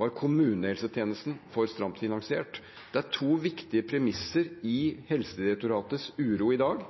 og kommunehelsetjenesten var for stramt finansiert. Det er to viktige premisser for Helsedirektoratets uro i dag.